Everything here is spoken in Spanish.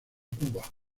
cuba